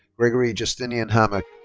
gregory justinian hammock.